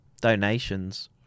donations